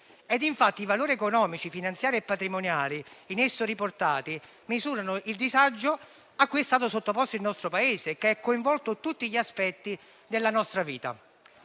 Infatti, i valori economici finanziari e patrimoniali in esso riportati misurano il disagio cui è stato sottoposto il nostro Paese, che ha coinvolto tutti gli aspetti della nostra vita.